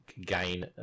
gain